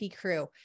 crew